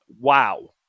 wow